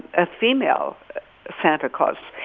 a female santa clause.